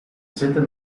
zitten